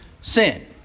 Sin